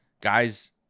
guys